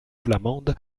flamande